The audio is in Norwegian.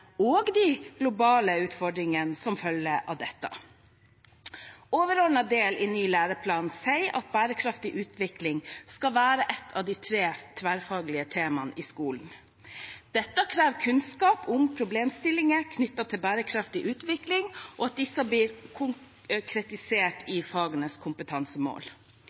nasjonale og globale utfordringene som følger av dette. Overordnet del av det nye læreplanverket sier at bærekraftig utvikling skal være et av de tre tverrfaglige temaene i skolen. Dette krever kunnskap om problemstillinger knyttet til bærekraftig utvikling og at disse blir konkretisert i fagenes kompetansemål.